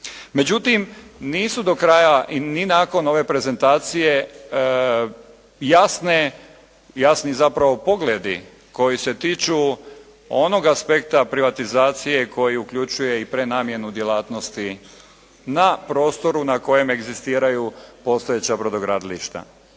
Međutim, nisu do kraja ni nakon ove prezentacije jasni zapravo pogledi koji se tiču onog aspekta privatizacije koji uključuje i prenamjenu djelatnosti na prostoru na kojem egzistiraju postojeća brodogradilišta.